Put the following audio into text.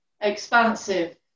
expansive